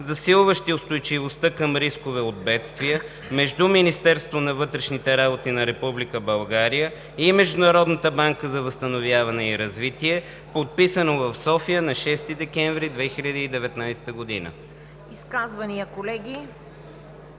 засилващи устойчивостта към рискове от бедствия, между Министерството на вътрешните работи на Република България и Международната банка за възстановяване и развитие, подписано в София на 6 декември 2019 г.“